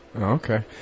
Okay